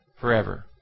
forever